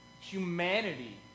Humanity